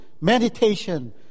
meditation